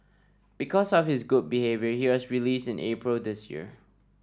because of his good behaviour he was released in April this year